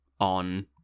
on